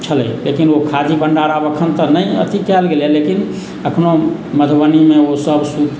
छ्लै लेकिन ओ खादी भण्डार आब एखन तऽ नहि अथी कयल गेलए लेकिन एखनहु मधुबनीमे ओसभ सूत